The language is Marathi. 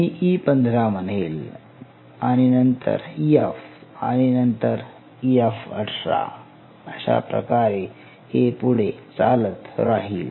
मी E15 म्हणेल आणि नंतर F आणि नंतर F18 अशाप्रकारे हे पुढे चालत राहील